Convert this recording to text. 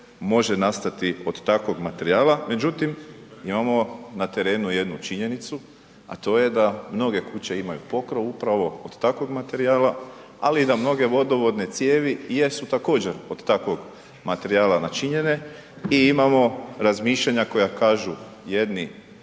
može nastati od takvog materijala. Međutim, imamo na terenu jednu činjenicu, a to je da mnoge kuće imaju pokrov upravo od takvog materijala, ali i da mnoge vodovodne cijevi jesu također od takvog materijala načinjene i imamo razmišljanja koja kažu jedni